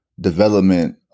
development